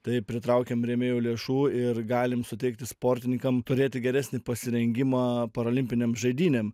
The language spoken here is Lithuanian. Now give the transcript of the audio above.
tai pritraukiam rėmėjų lėšų ir galim suteikti sportininkam turėti geresnį pasirengimą parolimpinėm žaidynėm